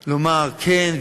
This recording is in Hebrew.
לומר: כן,